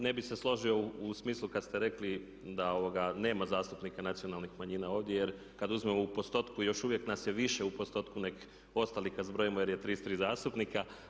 Ne bih se složio u smislu kada ste rekli da nema zastupnika nacionalnih manjina ovdje jer kada uzmemo u postotku još uvijek nas je više u postotku nego ostalih kada zbrojimo jer je 33 zastupnika.